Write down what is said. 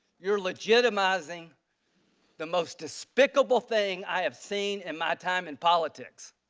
you are legitimizing the most despicable thing i have seen in my time in politics.